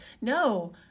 No